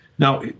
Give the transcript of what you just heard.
Now